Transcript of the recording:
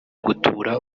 gutura